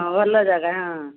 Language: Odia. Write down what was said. ହଁ ଭଲ ଜାଗା ହଁ